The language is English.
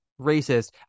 racist